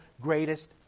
greatest